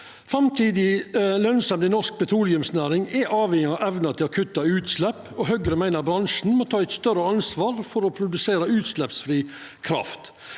Framtidig lønsemd i norsk petroleumsnæring er avhengig av evna til å kutta utslepp, og Høgre meiner bransjen må ta eit større ansvar for å produsera utsleppsfri kraft.